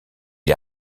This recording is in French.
est